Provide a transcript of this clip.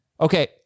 Okay